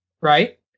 right